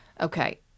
Okay